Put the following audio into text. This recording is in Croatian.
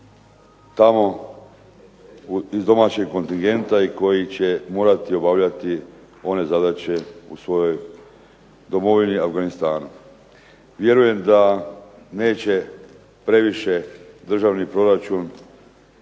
tamo iz domaćeg kontingenta i koji će morati obavljati ove zadaće u svojoj domovini, Afganistanu. Vjerujem da neće previše državni proračun